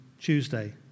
Tuesday